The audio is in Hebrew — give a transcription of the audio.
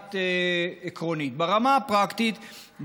ואחת עקרונית: ברמה הפרקטית,